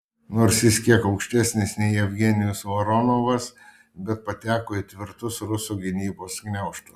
nors jis kiek aukštesnis nei jevgenijus voronovas bet pateko į tvirtus ruso gynybos gniaužtus